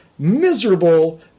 miserable